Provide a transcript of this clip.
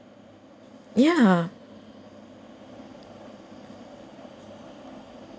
ya